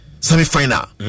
semi-final